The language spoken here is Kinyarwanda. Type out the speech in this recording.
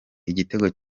igitego